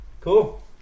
Cool